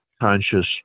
conscious